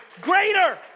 Greater